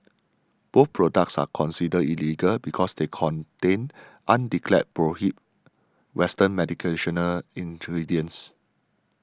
both products are considered illegal because they contain undeclared prohibited western medicinal ingredients